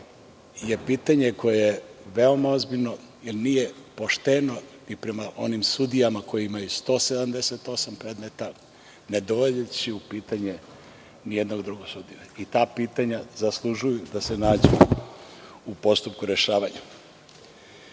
to pitanje koje je veoma ozbiljno jer nije pošteno i prema onim sudijama koji imaju 178 predmeta, ne dovodeći u pitanje nijednog drugog sudiju. Ta pitanja zaslužuju da se nađu u postupku rešavanja. Izneli